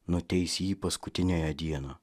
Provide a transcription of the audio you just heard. nuteis jį paskutiniąją dieną